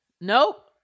Nope